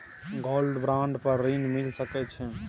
Gold bond पर ऋण मिल सके छै?